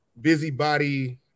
busybody